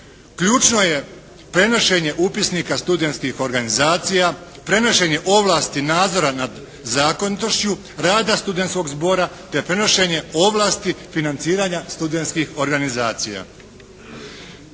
Ključno je prenošenje upisnika studentskih organizacija, prenošenje ovlasti nadzora nad zakonitošću rada studenskog zbora te prenošenje ovlasti financiranja studentskih organizacija.